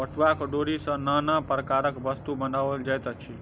पटुआक डोरी सॅ नाना प्रकारक वस्तु बनाओल जाइत अछि